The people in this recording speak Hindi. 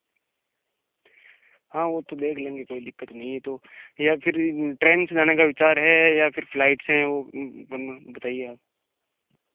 हाँ वह तो देख लेंगे कोई दिक्कत नहीं है तो या फिर ट्रेन से जाने का विचार है या फिर फ्लाइट से हैं वह बना बताईए आप